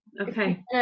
Okay